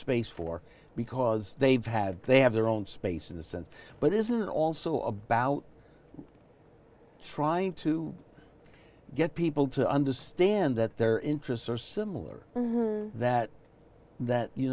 space for because they've had they have their own space in a sense but this is also about trying to get people to understand that their interests are similar that that you